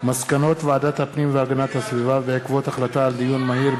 מסקנות ועדת הפנים והגנת הסביבה בעקבות דיון מהיר,